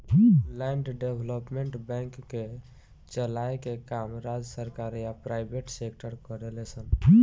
land development bank के चलाए के काम राज्य सरकार या प्राइवेट सेक्टर करेले सन